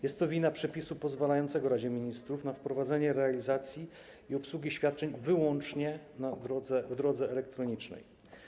Jest to wina przepisu pozwalającego Radzie Ministrów na wprowadzenie realizacji i obsługi świadczeń wyłącznie w drodze elektronicznej.